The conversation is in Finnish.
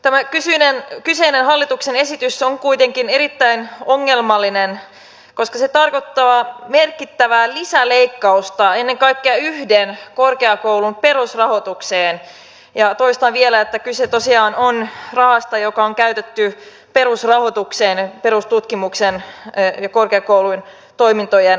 tämä kyseinen hallituksen esitys on kuitenkin erittäin ongelmallinen koska se tarkoittaa merkittävää lisäleikkausta ennen kaikkea yhden korkeakoulun perusrahoitukseen ja toistan vielä että kyse tosiaan on rahasta joka on käytetty perusrahoitukseen perustutkimuksen ja korkeakoulun toimintojen rahoittamiseen